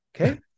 okay